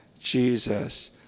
Jesus